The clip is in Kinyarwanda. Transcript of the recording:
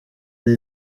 yari